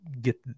get